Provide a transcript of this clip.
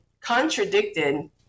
contradicted